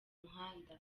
muhanda